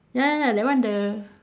ya ya ya that one the